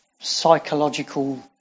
psychological